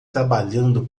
trabalhando